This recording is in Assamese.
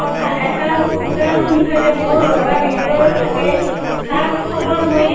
কথা এটা উদাহৰণ হিচাপে মোৰ ল'ৰা বেংগলোৰত থাকে তাৰ খবৰ মই